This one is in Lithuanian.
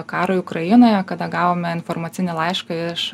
karui ukrainoje kada gavome informacinį laišką iš